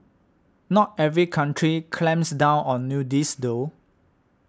not every country clamps down on nudists though